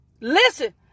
listen